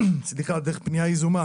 דרך פניה יזומה